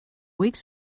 weeks